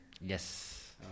Yes